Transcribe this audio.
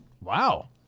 Wow